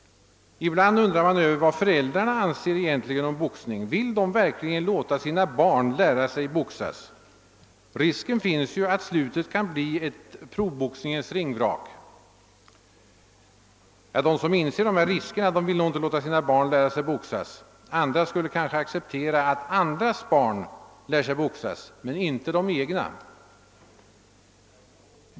Ibland undrar man över vad föräldrarna egentligen anser om boxning. Vill de verkligen låta sina barn lära sig boxas? Risken finns ju, att slutet kan bli ett proffsboxningens ringvrak. De som inser riskerna vill nog inte låta sina barn lära sig boxas. Andra skulle kanske acceptera, att andras barn lär sig boxas men inte de egna.